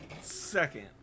second